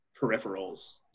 peripherals